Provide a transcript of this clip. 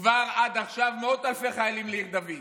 כבר עד עכשיו מאות אלפי חיילים לעיר דוד.